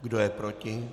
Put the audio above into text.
Kdo je proti?